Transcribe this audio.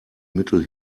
mittel